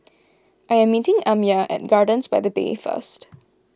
I am meeting Amya at Gardens by the Bay first